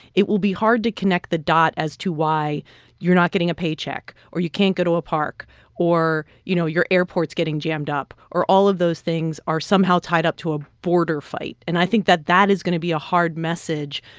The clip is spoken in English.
it will be hard to connect the dot as to why you're not getting a paycheck or you can't go to a park or, you know, your airport's getting jammed up or all of those things are somehow tied up to a border fight. and i think that that is going to be a hard message,